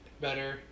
better